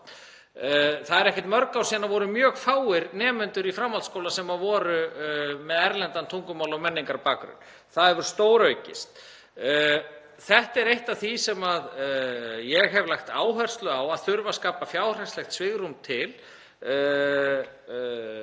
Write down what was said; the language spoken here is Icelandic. Það eru ekkert mörg ár síðan það voru mjög fáir nemendur í framhaldsskóla sem voru með erlendan tungumála- og menningarbakgrunn. Það hefur stóraukist. Þetta er eitt af því sem ég hef lagt áherslu á að þurfi að skapa fjárhagslegt svigrúm fyrir